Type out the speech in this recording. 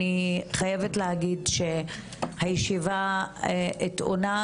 אני חייבת להגיד שהישיבה טעונה,